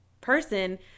person